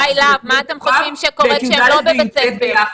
שאל חבר הכנסת יוראי להב מה אתם חושבים שקורה כשהם לא בבית הספר?